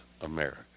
America